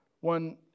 one